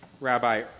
Rabbi